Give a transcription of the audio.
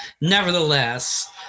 Nevertheless